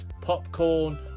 popcorn